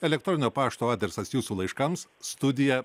elektroninio pašto adresas jūsų laiškams studija